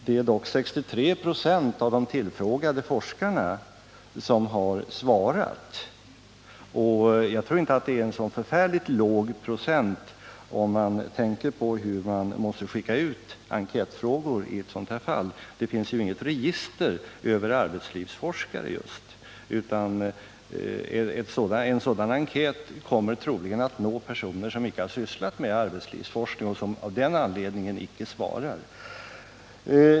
Det är dock 63 ”;» av de tillfrågade forskarna som har svarat, och jag tror inte att det är en så förfärligt låg procent om man tänker på hur man måste skicka ut enkätfrågor i ett sådant här fall. Det finns ju inget register över arbetslivsforskare, utan en sådan enkät kommer troligen att nå även personer som icke har sysslat med arbetslivsforskning och som av den anledningen icke svarar.